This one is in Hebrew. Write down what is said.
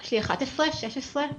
11, 16 ו-18,